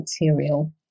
material